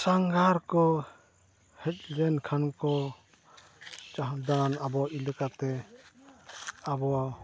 ᱥᱟᱸᱜᱷᱟᱨ ᱠᱚ ᱦᱮᱡ ᱞᱮᱱᱠᱷᱟᱱ ᱠᱚ ᱡᱟᱦᱟᱸ ᱫᱚ ᱟᱵᱚᱭᱤᱡ ᱞᱮᱠᱟᱛᱮ ᱟᱵᱚ